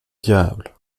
diable